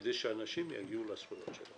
כדי שאנשים יגיעו לזכויות שלהם.